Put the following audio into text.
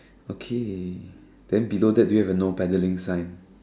okay then below that do you have the no paddling sign